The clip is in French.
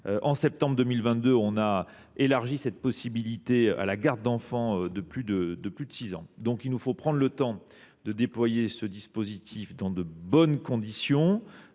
en septembre 2022, nous avons étendu le dispositif à la garde d’enfants de plus de 6 ans. Il nous faut prendre le temps de déployer ce dispositif dans de bonnes conditions.